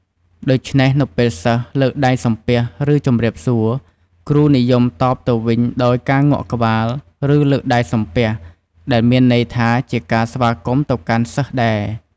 ដូច្នេះ នៅពេលសិស្ស លើកដៃសំពះ ឬ ជម្រាបសួរ គ្រូនិយមតបទៅវិញដោយការងក់ក្បាល ឬ លើកដៃសំពះ ដែលមានន័យថាជាការស្វាគមន៍ទៅកាន់សិស្សដែរ។